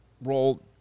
role